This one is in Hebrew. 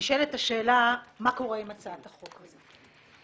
נשאלת השאלה מה קורה עם הצעת החוק הזאת.